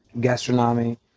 gastronomy